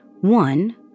One